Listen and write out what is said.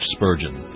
Spurgeon